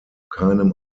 keinem